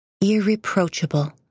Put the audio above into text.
irreproachable